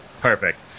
Perfect